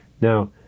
now